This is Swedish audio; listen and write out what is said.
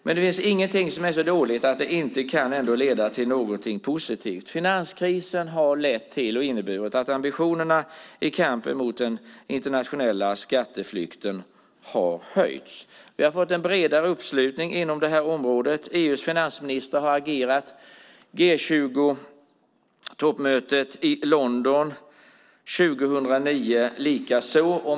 Men det finns ingenting som är så dåligt att det inte ändå kan leda till någonting positivt. Finanskrisen har inneburit att ambitionerna i kampen mot den internationella skatteflykten har höjts. Vi har fått en bredare uppslutning inom det här området. EU:s finansminister har agerat, G20-toppmötet i London 2009 likaså.